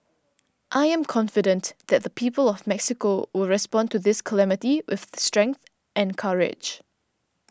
I am confident that the people of Mexico will respond to this calamity with the strength and courage